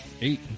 eight